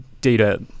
data